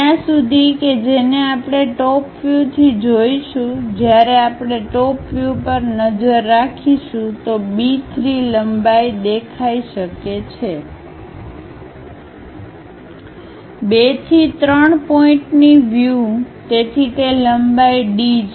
ત્યાં સુધી કે જેને આપણે ટોપ વ્યૂ થી જોશું જ્યારે આપણે ટોપ વ્યૂ પર નજર નાખીશું તો B 3 લંબાઈ દેખાઈ શકે છે 2 થી 3 પોઇન્ટ ની વ્યૂ તેથી તે લંબાઈ D છે